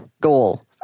goal